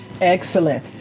Excellent